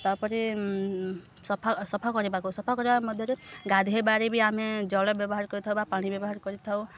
ତା'ପରେ ସଫା ସଫା କରିବାକୁ ସଫା କରିବା ମଧ୍ୟରେ ଗାଧେଇବାରେ ବି ଆମେ ଜଳ ବ୍ୟବହାର କରିଥାଉ ବା ପାଣି ବ୍ୟବହାର କରିଥାଉ